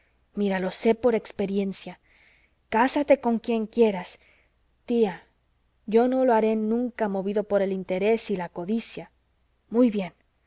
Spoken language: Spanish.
mira lo sé por experiencia cásate con quien quieras tía yo no lo haré nunca movido por el interés y la codicia muy bien